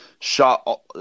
shot